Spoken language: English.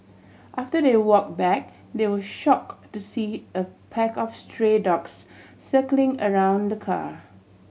after they walk back they were shock to see a pack of stray dogs circling around the car